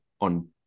on